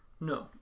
no